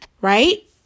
right